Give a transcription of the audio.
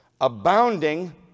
abounding